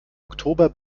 oktober